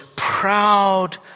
proud